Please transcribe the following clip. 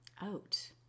out